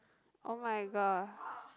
oh-my-god